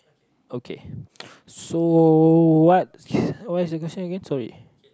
okay so what what's the question again sorry